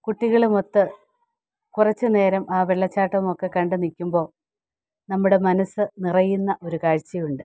കുട്ടികളുമൊത്ത് കുറച്ച് നേരം ആ വെള്ളച്ചാട്ടവും ഒക്കെ കണ്ട് നിൽക്കുമ്പോൾ നമ്മുടെ മനസ്സ് നിറയുന്ന ഒരു കാഴ്ച്ചയുണ്ട്